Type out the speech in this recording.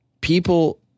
people